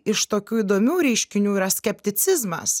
iš tokių įdomių reiškinių yra skepticizmas